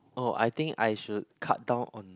oh I think I should cut down on